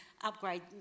upgrade